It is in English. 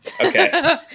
Okay